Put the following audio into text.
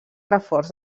reforç